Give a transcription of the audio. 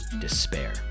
despair